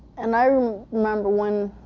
and i um remember when